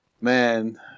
man